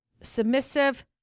submissive